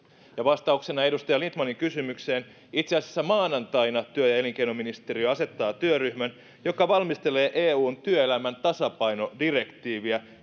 vastauksena edustaja lindtmanin kysymykseen itse asiassa maanantaina työ ja elinkeinoministeriö asettaa työryhmän joka valmistelee eun työelämän tasapaino direktiiviä